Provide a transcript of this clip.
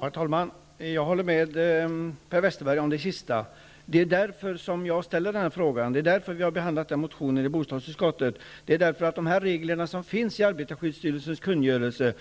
Herr talman! Jag håller med om det sista Per Westerberg sade. Det är därför jag ställer frågan, och det är därför som motionen har behandlats i bostadsutskottet. De regler som finns i arbetarskyddsstyrelsens kungörelse